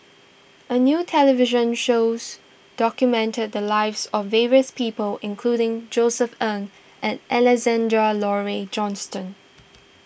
a new television shows documented the lives of various people including Josef Ng and Alexander Laurie Johnston